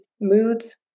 moods